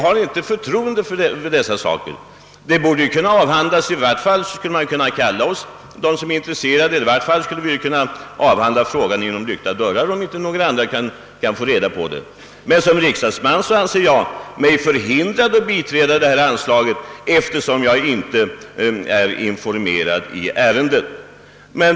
Man skulle i varje fall kunna kalla dem som är intresserade till ett sammanträde inom lyckta dörrar, om andra inte bör få reda på dessa förhållanden. Som det nu är anser jag mig förhindrad att biträda detta anslagsyrkande, eftersom jag inte är informerad i frågan.